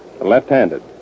left-handed